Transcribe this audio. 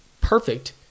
perfect